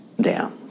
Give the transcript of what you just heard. down